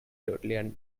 totally